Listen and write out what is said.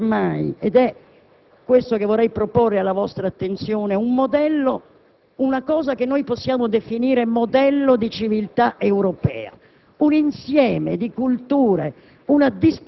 Una cosa però è sicura: esiste ormai - ed è questo che vorrei proporre alla vostra attenzione - una cosa che possiamo definire un modello di civiltà europea,